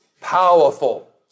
powerful